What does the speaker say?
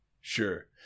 Sure